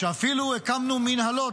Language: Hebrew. שאפילו הקמנו מינהלות,